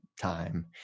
time